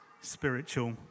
spiritual